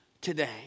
today